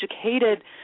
educated